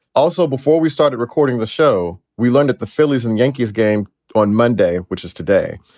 also, before we started recording the show, we learned at the phillies and yankees game on monday, which is today,